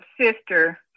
sister